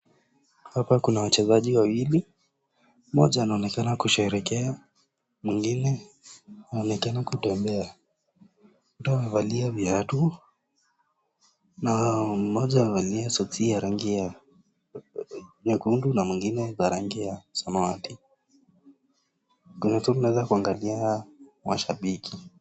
Hapa kuna wachezaj wawili, mmoja anaonekana kusherehekea mwingine anaonekana kutembea. Wote wamevalia viatu na mmoja amevalia soksi ya rangi ya nyekundu na mwingine za rangi ya samawati. kule juu unaweza kuangalia mashabiki.